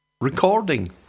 recording